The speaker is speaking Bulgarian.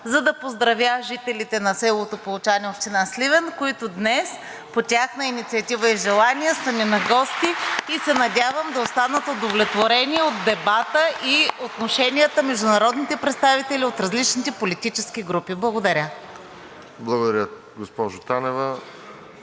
за да поздравя жителите на село Тополчане – община Сливен, които днес по тяхна инициатива и желание са ни на гости, и се надявам да останат удовлетворени от дебата и отношенията между народните представители от различните политически групи. Благодаря. (Ръкопляскания.)